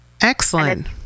Excellent